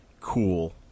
cool